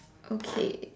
okay